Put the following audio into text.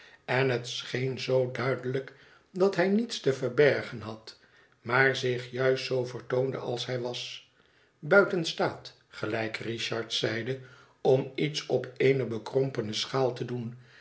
en het scheen zoo duidelijk dat hij niets te verbergen had maar zich juist zoo vertoonde als hij was buiten staat gelijk richard zeide om iets op eene bekrompene schaal te doen